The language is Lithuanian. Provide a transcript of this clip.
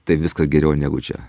taip viskas geriau negu čia